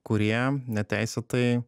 kurie neteisėtai